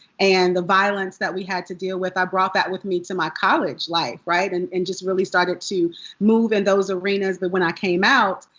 and the violence that we had to deal with, i brought that with me to my college life. and and just really started to move in those arenas. but when i came out,